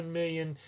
million